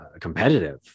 competitive